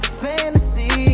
fantasy